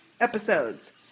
episodes